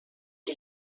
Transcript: die